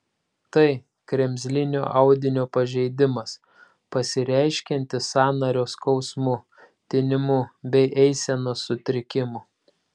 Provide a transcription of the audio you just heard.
tai kremzlinio audinio pažeidimas pasireiškiantis sąnario skausmu tinimu bei eisenos sutrikimu